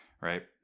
right